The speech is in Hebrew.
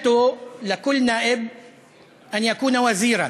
הבטחתי לכם שכשאני אהיה בשלטון